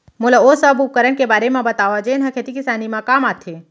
मोला ओ सब उपकरण के बारे म बतावव जेन ह खेती किसानी म काम आथे?